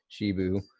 shibu